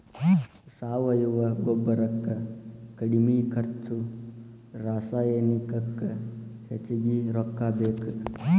ಸಾವಯುವ ಗೊಬ್ಬರಕ್ಕ ಕಡಮಿ ಖರ್ಚು ರಸಾಯನಿಕಕ್ಕ ಹೆಚಗಿ ರೊಕ್ಕಾ ಬೇಕ